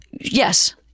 yes